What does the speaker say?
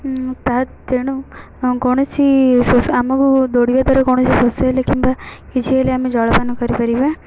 ତା ତେଣୁ କୌଣସି ଶୋଷ ଆମକୁ ଦୌଡ଼ିବା ଦ୍ୱାରା କୌଣସି ଶୋଷ ହେଲେ କିମ୍ବା କିଛି ହେଲେ ଆମେ ଜଳପାନ କରିପାରିବା